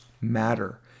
matter